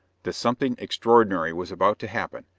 that something extraordinary was about to happen,